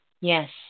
Yes